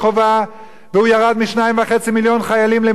והוא ירד מ-2.5 מיליון חיילים למיליון ורבע,